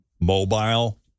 mobile